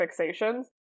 fixations